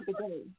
today